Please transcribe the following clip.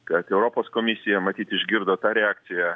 kad europos komisija matyt išgirdo tą reakciją